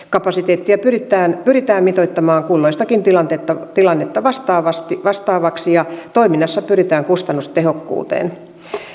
kapasiteettia pyritään pyritään mitoittamaan kulloistakin tilannetta vastaavaksi ja toiminnassa pyritään kustannustehokkuuteen